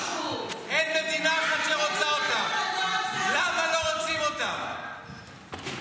--- אף אחד לא רצה את היהודים בשנות השלושים.